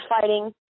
fighting